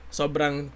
sobrang